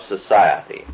society